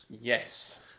Yes